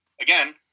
Again